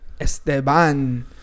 Esteban